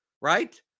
right